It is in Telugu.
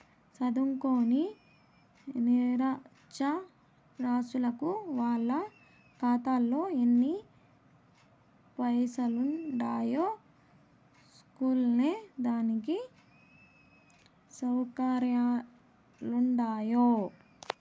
సదుంకోని నిరచ్చరాసులకు వాళ్ళ కాతాలో ఎన్ని పైసలుండాయో సూస్కునే దానికి సవుకర్యాలుండవ్